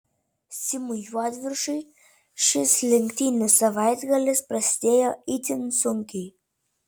simui juodviršiui šis lenktynių savaitgalis prasidėjo itin sunkiai